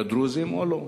לדרוזים או לא.